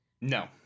No